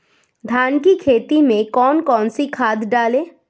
धान की खेती में कौन कौन सी खाद डालें?